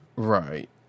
Right